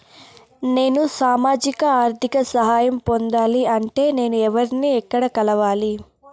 నేను సామాజిక ఆర్థిక సహాయం పొందాలి అంటే నేను ఎవర్ని ఎక్కడ కలవాలి?